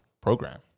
program